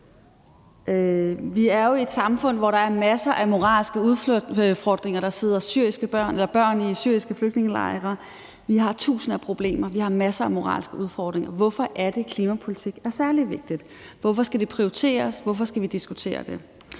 Vi er jo i et samfund, hvor der er masser af moralske udfordringer. Der sidder børn i syriske flygtningelejre, vi har tusinde problemer, vi har masser af moralske udfordringer. Hvorfor er det, at klimapolitik er særlig vigtigt? Hvorfor skal det prioriteres, hvorfor skal vi diskutere det?